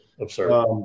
Absurd